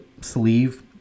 sleeve